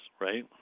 right